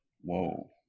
Whoa